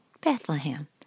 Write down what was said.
Bethlehem